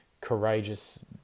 courageous